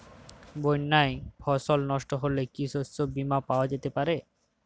বন্যায় ফসল নস্ট হলে কি শস্য বীমা পাওয়া যেতে পারে?